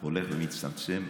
הולך ומצטמצם,